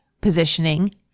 positioning